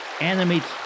animates